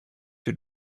your